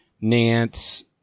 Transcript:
Nance